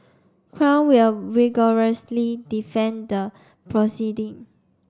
crown will vigorously defend the proceeding